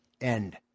end